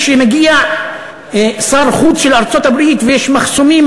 כשמגיע שר החוץ של ארצות-הברית ויש מחסומים